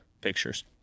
pictures